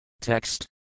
Text